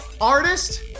artist